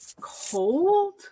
cold